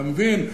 אתה מבין?